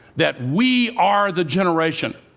that we are the generation